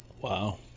Wow